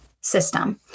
system